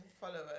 followers